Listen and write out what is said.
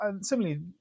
Similarly